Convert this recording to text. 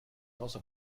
also